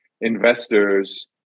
investors